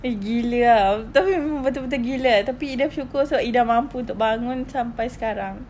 eh gila ah tapi memang betul-betul gila tapi ida mampu untuk bangun sampai sekarang